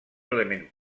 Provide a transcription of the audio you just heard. element